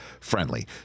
friendly